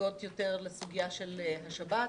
שנוגעת יותר לעניין השבת.